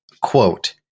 quote